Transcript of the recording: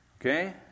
Okay